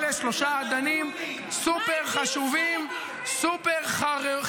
אלה שלושה אדנים סופר חשובים -- מה עם גיוס חרדים?